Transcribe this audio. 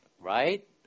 Right